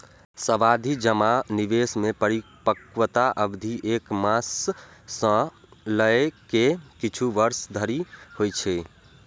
सावाधि जमा निवेश मे परिपक्वता अवधि एक मास सं लए के किछु वर्ष धरि होइ छै